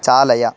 चालय